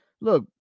Look